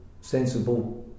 sensible